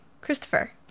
Christopher